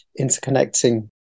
interconnecting